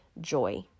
joy